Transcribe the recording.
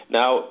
now